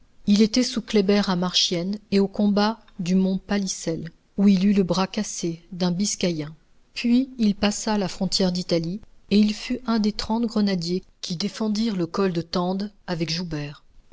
il était sous kléber à marchiennes et au combat du mont palissel où il eut le bras cassé d'un biscaïen puis il passa à la frontière d'italie et il fut un des trente grenadiers qui défendirent le col de tende avec joubert